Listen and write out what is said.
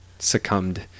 Succumbed